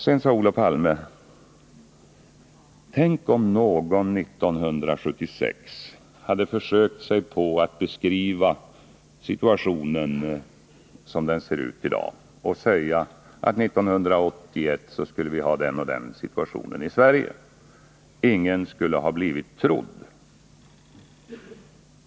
Sedan sade Olof Palme: Tänk om någon 1976 hade försökt sig på att beskriva situationen som den ser ut i dag och säga att vi 1981 skulle ha den och den situationen i Sverige! Han skulle inte ha blivit trodd.